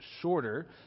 shorter